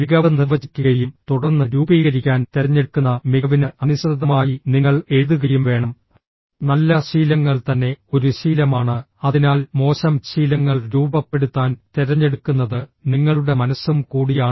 മികവ് നിർവചിക്കുകയും തുടർന്ന് രൂപീകരിക്കാൻ തിരഞ്ഞെടുക്കുന്ന മികവിന് അനുസൃതമായി നിങ്ങൾ എഴുതുകയും വേണം നല്ല ശീലങ്ങൾ തന്നെ ഒരു ശീലമാണ് അതിനാൽ മോശം ശീലങ്ങൾ രൂപപ്പെടുത്താൻ തിരഞ്ഞെടുക്കുന്നത് നിങ്ങളുടെ മനസ്സും കൂടിയാണ്